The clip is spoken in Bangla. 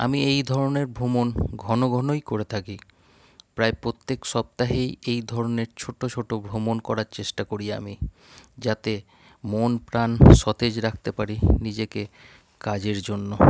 আমি এই ধরনের ভ্রমণ ঘন ঘনই করে থাকি প্রায় প্রত্যেক সপ্তাহেই এই ধরনের ছোটো ছোটো ভ্রমণ করার চেষ্টা করি আমি যাতে মন প্রাণ সতেজ রাখতে পারি নিজেকে কাজের জন্য